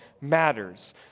matters